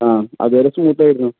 ആ അതുവരെ സ്മൂത്തായിരുന്നു